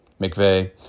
McVeigh